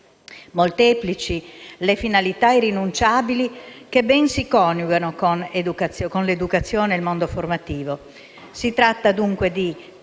molteplici le finalità irrinunciabili che ben si coniugano con l'educazione e il mondo formativo.